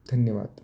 धन्यवाद